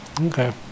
okay